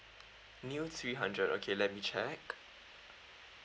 new three hundred okay let me check